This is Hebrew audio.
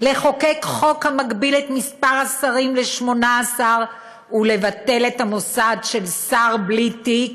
לחוקק חוק המגביל את מספר השרים ל-18 ולבטל את המוסד של שר בלי תיק,